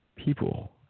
People